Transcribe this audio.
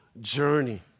journey